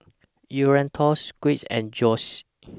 Eduardo Squires and Joyce